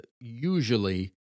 usually